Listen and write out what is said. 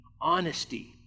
honesty